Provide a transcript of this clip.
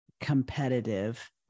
competitive